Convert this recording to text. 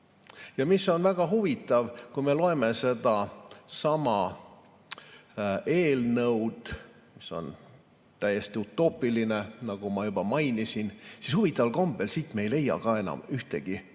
Ja mis on väga huvitav – kui me loeme seda eelnõu, mis on täiesti utoopiline, nagu ma juba mainisin, siis huvitaval kombel ei leia me siit enam ühtegi,